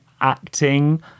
acting